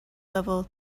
level